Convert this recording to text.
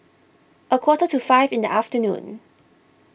a quarter to five in the afternoon